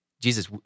Jesus